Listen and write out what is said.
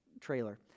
trailer